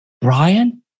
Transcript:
Brian